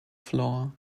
floor